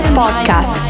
podcast